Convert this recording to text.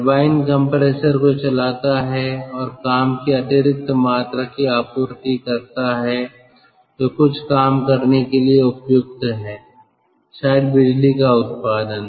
turbine compressor को चलाता है और काम की अतिरिक्त मात्रा की आपूर्ति करता है जो कुछ काम करने के लिए उपयुक्त है शायद बिजली का उत्पादन